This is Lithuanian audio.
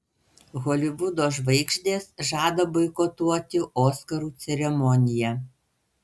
holivudo žvaigždės žada boikotuoti oskarų ceremoniją